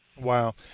wow